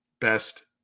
best